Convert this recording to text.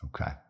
Okay